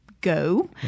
go